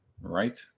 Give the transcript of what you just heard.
right